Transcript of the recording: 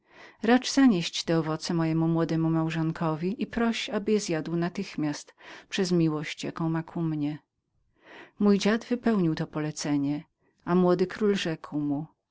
racz zanieść te owoce mojemu młodemu małżonkowi i proś aby je zjadł natychmiast przez miłość jaką ma ku mnie mój dziad wypełnił to polecenie i młody król